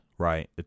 right